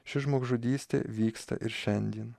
ši žmogžudystė vyksta ir šiandien